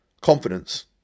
confidence